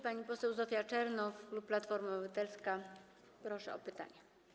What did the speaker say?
Panią poseł Zofię Czernow, klub Platforma Obywatelska, proszę o pytanie.